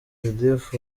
judith